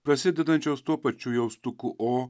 prasidedančios tuo pačiu jaustuku o